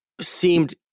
seemed